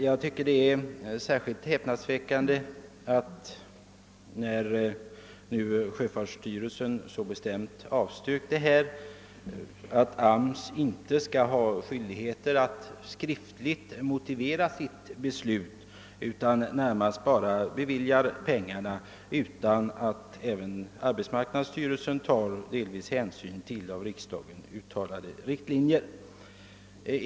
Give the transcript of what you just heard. Jag tycker att det är särskilt häpnadsväckande att, när nu sjöfartsstyrelsen så bestämt avstyrkt anslaget, AMS inte har skyldighet att skriftligt motivera sitt beslut, utan AMS beviljar helt enkelt pengarna utan att ta hänsyn till av riksdagen uttalade riktlinjer.